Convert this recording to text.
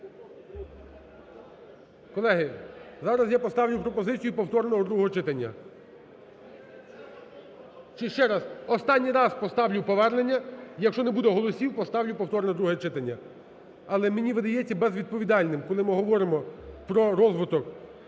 Колеги, зараз я поставлю пропозицію повторного другого читання. Чи ще раз? Останній раз поставлю повернення, якщо не буде голосів, поставлю повторне друге читання. Але, мені видається, безвідповідальним, коли ми говоримо про розвиток